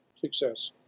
success